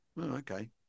okay